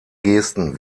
gesten